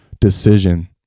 decision